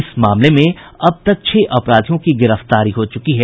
इस मामले में अब तक छह अपराधियों की गिरफ्तारी हो चुकी है